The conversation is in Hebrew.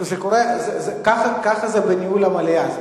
ככה זה בניהול המליאה.